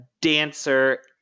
dancer